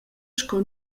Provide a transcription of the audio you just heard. sco